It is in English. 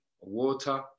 water